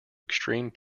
extreme